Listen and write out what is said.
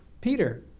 Peter